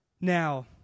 Now